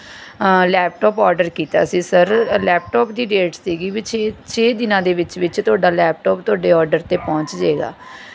laptop order ਕੀਤਾ ਸੀ sir laptop ਦੀ ਡੇਟ ਸੀਗੀ ਵੀ ਛੇ ਛੇ ਦਿਨਾਂ ਦੇ ਵਿੱਚ ਵਿੱਚ ਤੁਹਾਡਾ ਲੈਪਟੋਪ ਤੁਹਾਡੇ ਔਰਡਰ 'ਤੇ ਪਹੁੰਚ ਜਾਏਗਾ